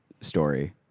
story